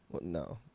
No